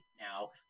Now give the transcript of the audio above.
now